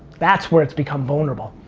that's where its become vulnerable.